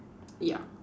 ya